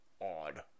odd